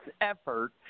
effort